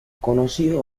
conoció